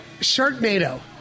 Sharknado